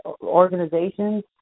organizations